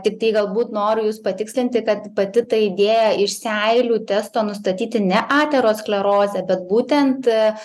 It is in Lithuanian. tiktai galbūt noriu jus patikslinti kad pati ta idėja iš seilių testo nustatyti ne aterosklerozę bet būtent